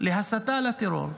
להסתה לטרור.